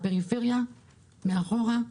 הפריפריה מאחור,